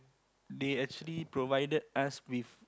they actually provided us with